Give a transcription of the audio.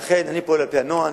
לכן אני פועל על-פי הנוהל,